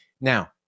Now